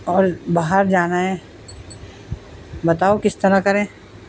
اور باہر جانا ہے بتاؤ کس طرح کریں